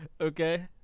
Okay